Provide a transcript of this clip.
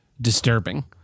disturbing